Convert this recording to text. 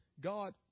God